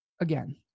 again